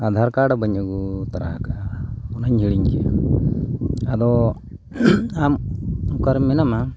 Aadhaar card ᱵᱟᱹᱧ ᱟᱹᱜᱩ ᱛᱟᱨᱟ ᱠᱟᱜᱼᱟ ᱚᱱᱟᱧ ᱦᱤᱲᱤᱧ ᱠᱮᱜᱼᱟ ᱟᱫᱚ ᱟᱢ ᱚᱠᱟᱨᱮ ᱢᱮᱱᱟᱢᱟ